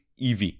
EV